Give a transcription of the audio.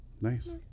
Nice